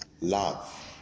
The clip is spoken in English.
Love